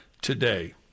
today